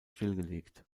stillgelegt